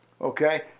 Okay